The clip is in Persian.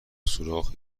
سوراخ